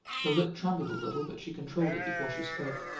her lip trembled a little, but she controlled it before she spoke.